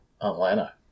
Atlanta